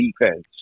defense